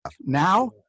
Now